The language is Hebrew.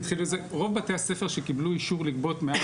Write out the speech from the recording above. רוב בתי הספר שקיבלו אישור לגבות מעל